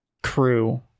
crew